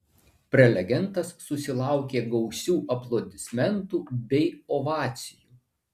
prelegentas susilaukė gausių aplodismentų bei ovacijų